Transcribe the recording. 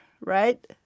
right